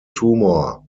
tumor